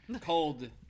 Cold